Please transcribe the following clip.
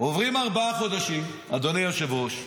עוברים ארבעה חודשים, אדוני היושב-ראש,